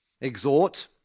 Exhort